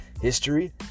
history